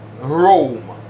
Rome